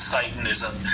Satanism